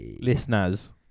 listeners